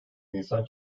nisan